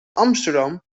amsterdam